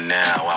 now